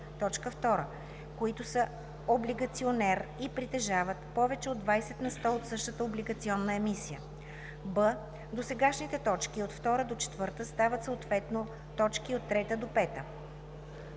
които са облигационер и притежават повече от 20 на сто от същата облигационна емисия;“; б) досегашните т. 2 – 4 стават съответно т. 3 – 5.